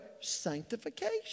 sanctification